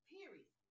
Period